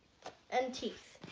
and teeth